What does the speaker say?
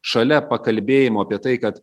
šalia pakalbėjimų apie tai kad